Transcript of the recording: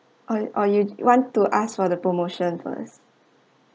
or or you want to ask for the promotion first